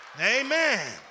Amen